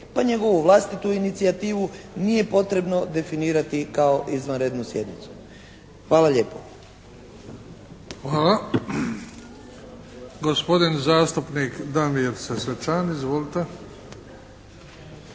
pa njegovu inicijativu nije potrebno definirati kao izvanrednu sjednicu. Hvala lijepo. **Bebić, Luka (HDZ)** Hvala. Gospodin zastupnik Damir Sesvečan. Izvolite.